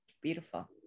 Beautiful